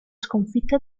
sconfitta